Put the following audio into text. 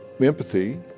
empathy